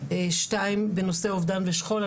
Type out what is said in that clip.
שתיים בנושא אובדן ושכול.